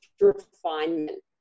refinement